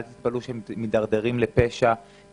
אל תתפלאו שהם מתדרדרים לפשע.